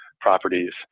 properties